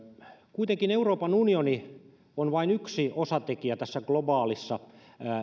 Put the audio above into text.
kuitenkin euroopan unioni on vain yksi osatekijä tässä globaalissa